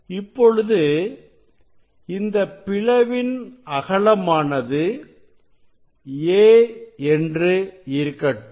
இப்பொழுது இந்த பிளவின் அகலமானது a என்று இருக்கட்டும்